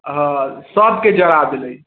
हँ सबके जरा देलै